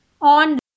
on